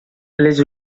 les